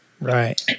Right